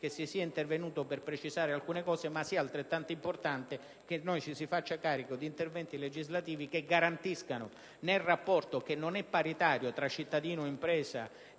che si sia intervenuti per effettuare alcune precisazioni, ma che sia altrettanto importante che noi ci si faccia carico di interventi legislativi che nel rapporto, che non è paritario, tra cittadino, impresa